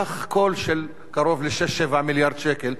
מסך הכול של קרוב ל-6 7 מיליארד שקל,